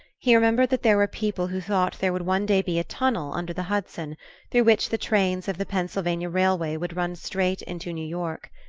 he remembered that there were people who thought there would one day be a tunnel under the hudson through which the trains of the pennsylvania railway would run straight into new york.